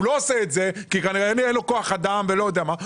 הוא לא עושה את זה כי כנראה אין לו כוח אדם ולא יודע מה,